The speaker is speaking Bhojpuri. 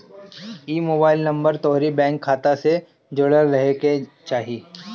इ मोबाईल नंबर तोहरी बैंक खाता से जुड़ल रहे के चाही